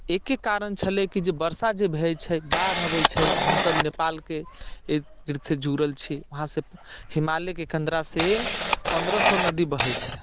एक्के कारण छलै कि वर्षा जे होइत छै बाढ़ अबैत छै हमसभ नेपालके एक दिशसँ जुड़ल छी वहाँसँ हिमालयके कन्दरासँ पन्द्रह सए नदी बहैत छै